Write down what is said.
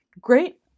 Great